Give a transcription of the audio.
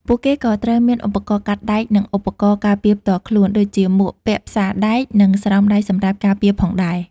ពួកគេក៏ត្រូវមាន ឧបករណ៍កាត់ដែក និង ឧបករណ៍ការពារផ្ទាល់ខ្លួន ដូចជាមួកពាក់ផ្សារដែកនិងស្រោមដៃសម្រាប់ការពារផងដែរ។